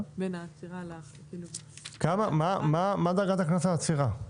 מה דרגת הקנס בעצירה?